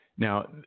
Now